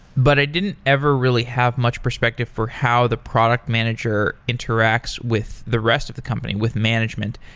but i didn't ever really have much perspective for how the product manager interacts with the rest of the company, with management.